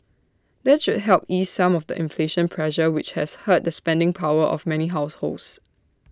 that should help ease some of the inflation pressure which has hurt the spending power of many households